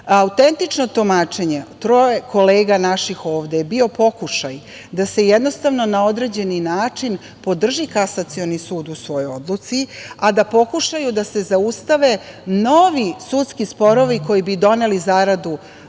Srbije. Autentično tumačenje troje kolega naših ovde je bio pokušaj da se jednostavno na određeni način podrži Kasacioni sud u svojoj odluci, a da pokušaju da se zaustave novi sudski sporovi koji bi doneli zaradu